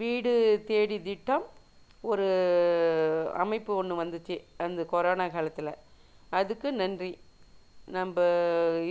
வீடு தேடி திட்டம் ஒரு அமைப்பு ஒன்று வந்துச்சு அந்த கொரோனா காலத்தில் அதுக்கு நன்றி நம்ம